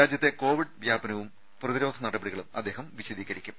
രാജ്യത്തെ കോവിഡ് വ്യാപനവും പ്രതിരോധ നടപടികളും അദ്ദേഹം വിശദീകരിക്കും